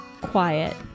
quiet